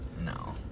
No